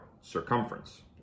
circumference